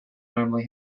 normally